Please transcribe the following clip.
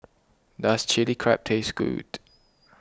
does Chili Crab taste good